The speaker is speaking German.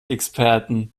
experten